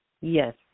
Yes